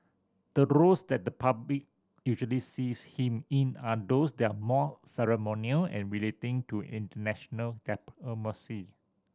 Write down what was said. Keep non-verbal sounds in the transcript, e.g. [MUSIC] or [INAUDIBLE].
the roles that the public usually sees him in are those there are more ceremonial and relating to international [UNINTELLIGIBLE]